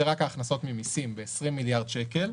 אלו רק ההכנסות ממיסים ב-20 מיליארד שקל.